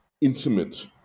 intimate